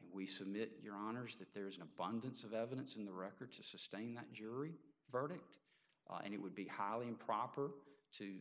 and we submit your honour's that there is an abundance of evidence in the record to sustain that jury verdict and it would be highly improper to